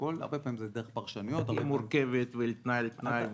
והרבה פעמים זה דרך פרשנויות -- היא מורכבת ויש תיקון על תיקון.